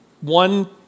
one